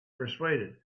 persuaded